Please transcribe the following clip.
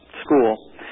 school